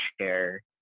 share